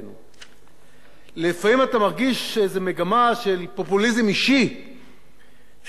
לפעמים אתה מרגיש איזה מגמה של פופוליזם אישי שגובר על האינטרס הציבורי.